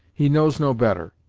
he knows no better,